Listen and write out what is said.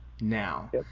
now